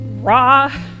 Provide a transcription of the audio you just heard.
raw